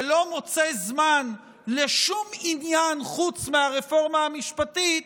שלא מוצא זמן לשום עניין חוץ מהרפורמה המשפטית,